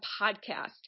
podcast